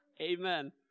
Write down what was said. Amen